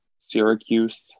Syracuse